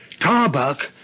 Tarbuck